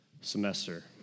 semester